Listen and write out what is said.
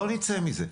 לא נצא מזה.